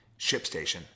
ShipStation